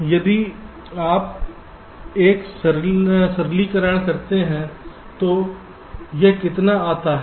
तो यदि आप एक सरलीकरण करते हैं तो यह कितना आता है